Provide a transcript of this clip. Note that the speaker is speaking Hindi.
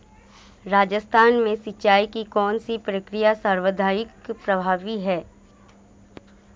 राजस्थान में सिंचाई की कौनसी प्रक्रिया सर्वाधिक प्रभावी है?